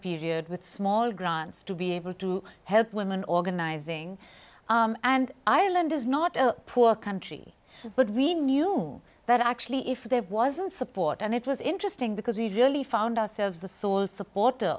period with small grants to be able to help women organizing and ireland is not a poor country but we know knew that actually if there wasn't support and it was interesting because we really found ourselves the sole support